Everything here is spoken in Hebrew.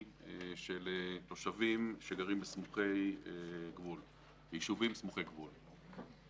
של תושבים שגרים ביישובים סמוכי גבול.